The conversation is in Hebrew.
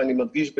ואני מדגיש,